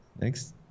thanks